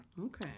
okay